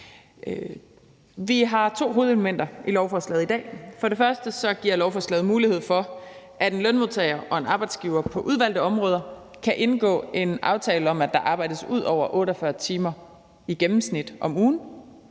Vi har to hovedelementer i lovforslaget i dag. For det første giver lovforslaget mulighed for, at en lønmodtager og en arbejdsgiver på udvalgte områder kan indgå en aftale om, at der arbejdes ud over 48 timer i gennemsnit om ugen.